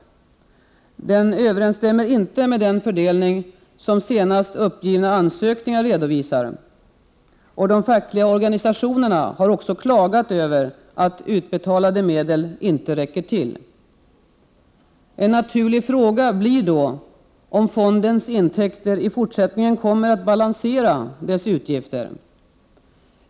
Den överensstämmer inte med den fördelning som senast uppgivna ansökningar redovisar. De fackliga organisationerna har också klagat över att utbetalade medel inte räcker till. En naturlig fråga blir då om fondens intäkter i fortsättningen kommer att balansera dess utgifter.